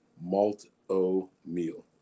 Malt-o-meal